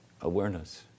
awareness